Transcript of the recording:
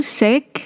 sick